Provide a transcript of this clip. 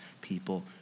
people